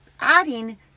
adding